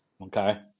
Okay